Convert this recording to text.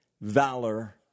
valor